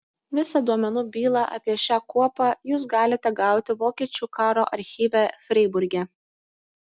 visą duomenų bylą apie šią kuopą jūs galite gauti vokiečių karo archyve freiburge